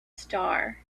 star